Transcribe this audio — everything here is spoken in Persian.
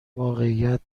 واقعیت